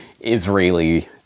Israeli